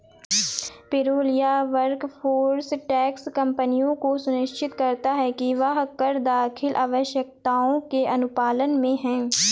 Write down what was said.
payroll या workforce tax कंपनियों को सुनिश्चित करता है कि वह कर दाखिल आवश्यकताओं के अनुपालन में है